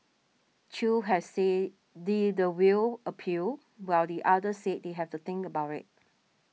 Chew has said the the will appeal while the other said they have to think about it